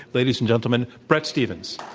ladies and gentlemen, bret stephens.